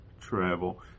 travel